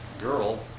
girl